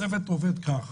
הצוות עובד כדלקמן: